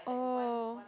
oh